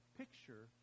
picture